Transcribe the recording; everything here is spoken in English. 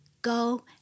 Go